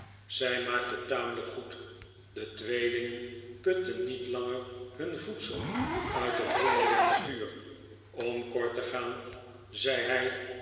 zij maakt het tamelijk goed de tweelingen putten niet langer hun voedsel uit de bronnen der natuur om kort te gaan zei hij